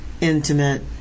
intimate